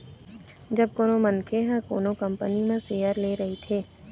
जब कोनो मनखे ह कोनो कंपनी म सेयर ले रहिथे